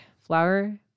flour